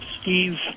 Steve